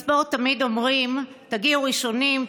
בספורט תמיד אומרים: תגיעו ראשונים,